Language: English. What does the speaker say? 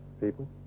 People